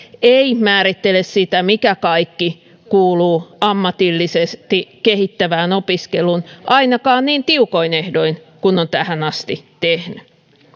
ei määrittele sitä mikä kaikki kuuluu ammatillisesti kehittävään opiskeluun ainakaan niin tiukoin ehdoin kuin on tähän asti tehnyt